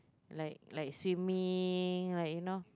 like like swimming like you know